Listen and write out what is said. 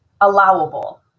allowable